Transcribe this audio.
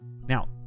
Now